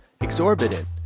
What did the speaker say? Exorbitant